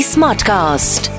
Smartcast